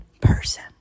person